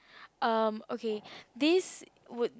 um okay this would